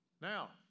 now